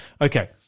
Okay